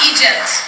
Egypt